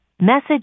message